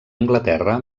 anglaterra